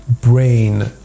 brain